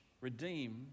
redeem